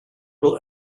will